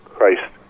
Christ